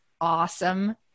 awesome